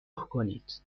کنید